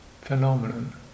phenomenon